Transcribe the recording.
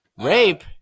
rape